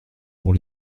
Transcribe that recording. pour